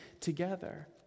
together